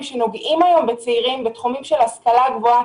שנוגעים היום בצעירים בתחומים כמו: השכלה גבוהה,